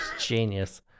Genius